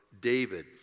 David